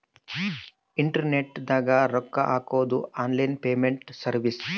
internet ದಾಗ ರೊಕ್ಕ ಹಾಕೊದು ಆನ್ಲೈನ್ ಪೇಮೆಂಟ್ ಸರ್ವಿಸ್